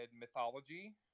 mythology